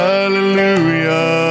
Hallelujah